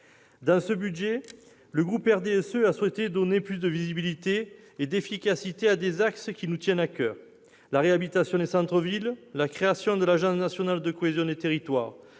Dans ce budget, le groupe du RDSE a souhaité donner plus de visibilité et d'efficacité à des axes qui nous tiennent à coeur : la réhabilitation des centres-villes, la création de l'agence nationale de la cohésion des territoires.